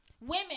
Women